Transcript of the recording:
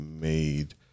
made